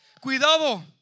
Cuidado